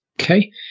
Okay